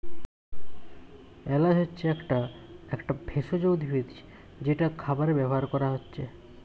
এলাচ হচ্ছে একটা একটা ভেষজ উদ্ভিদ যেটা খাবারে ব্যাভার কোরা হচ্ছে